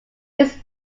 his